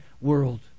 world